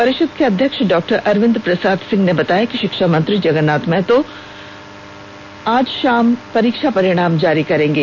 परिषद के अध्यक्ष ड़ॉ अरविंद प्रसाद सिंह ने बताया कि शिक्षा मंत्री जगन्नाथ महतो दोपहर एक बजे के करीब परीक्षा परिणाम जारी करेंगे